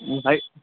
high